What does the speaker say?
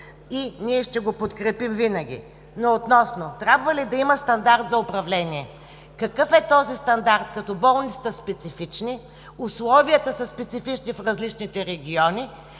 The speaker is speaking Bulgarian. и ние ще го подкрепим винаги. Относно това трябва ли да има стандарт за управление? Какъв е този стандарт, като болниците са специфични, условията са специфични в различните региони?